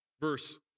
Verse